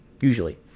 usually